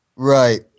Right